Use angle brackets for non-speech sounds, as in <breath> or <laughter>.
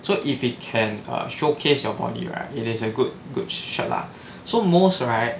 so if it can err showcase your body right it is a good good shirt lah <breath> so most right